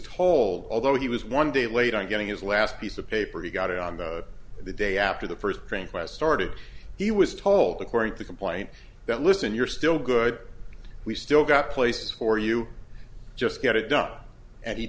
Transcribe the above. told although he was one day late on getting his last piece of paper he got it on the the day after the first train quest started he was told according to complain that listen you're still good we still got places for you just get it done and he